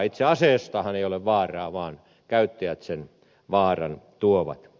itse aseestahan ei ole vaaraa vaan käyttäjät sen vaaran tuovat